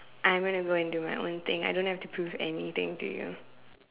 I'm gonna go and do my own thing I don't have to prove anything to you